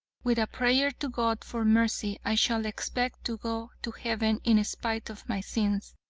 with a prayer to god for mercy, i shall expect to go to heaven in spite of my sins,